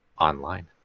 online